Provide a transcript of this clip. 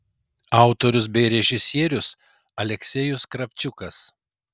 autorius bei režisierius aleksejus kravčiukas